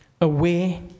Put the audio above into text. away